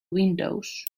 windows